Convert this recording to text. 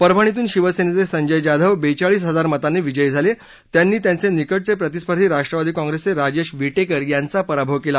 परभणीतून शिवसेनेचे संजय जाधव बेचाळीस हजार मतांनी विजयी झाले त्यांनी त्यांचे निकटचे प्रतिस्पर्धी राष्ट्रवादी काँप्रेसचे राजेश विटेकर यांचा पराभव केला